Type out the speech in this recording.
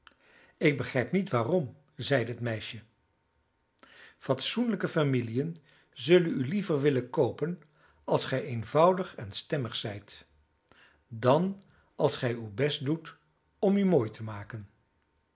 ik begrijp niet waarom zeide het meisje fatsoenlijke familiën zullen u liever willen koopen als gij eenvoudig en stemmig zijt dan als gij uw best doet om u mooi te maken